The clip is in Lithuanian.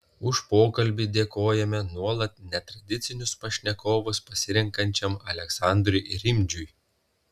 už pokalbį dėkojame nuolat netradicinius pašnekovus pasirenkančiam aleksandrui rimdžiui